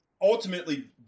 ultimately